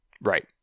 Right